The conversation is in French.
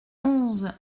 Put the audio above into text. onze